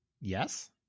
Yes